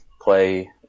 play